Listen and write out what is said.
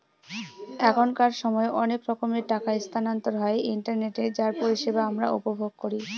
এখনকার সময় অনেক রকমের টাকা স্থানান্তর হয় ইন্টারনেটে যার পরিষেবা আমরা উপভোগ করি